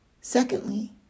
Secondly